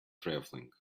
traveling